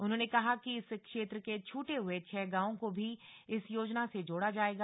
उन्होंने कहा कि इस क्षेत्र के छूटे हुए छह गांवों को भी इस योजना से जोड़ा जाएगा